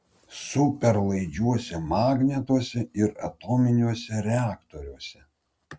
superlaidžiuose magnetuose ir atominiuose reaktoriuose